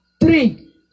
three